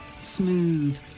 smooth